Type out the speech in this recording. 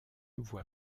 voie